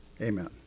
Amen